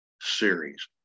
series